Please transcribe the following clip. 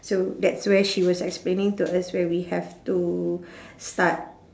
so that's where she was explaining to us where we have to start